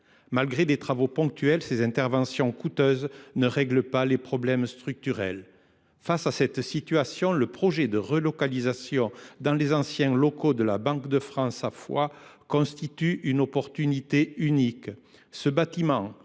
Malgré des travaux ponctuels, ces interventions coûteuses ne règlent pas les problèmes structurels. Face à cette situation, le projet de relocalisation dans les anciens locaux de la Banque de France, à Foix, constitue une opportunité unique. Ce bâtiment